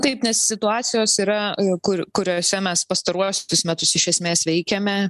taip nes situacijos yra kur kuriose mes pastaruosius metus iš esmės veikiame